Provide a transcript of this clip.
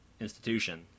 institution